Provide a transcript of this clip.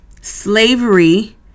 slavery